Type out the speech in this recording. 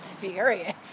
furious